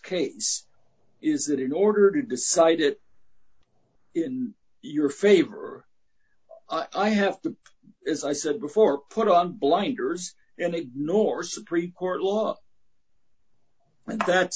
case is that in order to decide it in your favor i have to as i said before put on blinders and ignore supreme court law but that